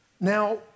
now